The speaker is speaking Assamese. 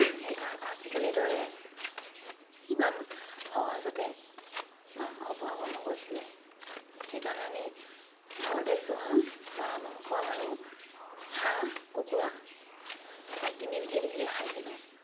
আজিকালি দৰে ইমান সহজতে মাংস পোৱা নগৈছিলে সেইকাৰণে ঘৰতে পোহা পাৰ মাংস আৰু হাঁহ কুকুৰা এই তিনিবিধে খাইছিলোঁ